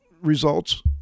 results